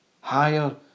Higher